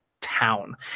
town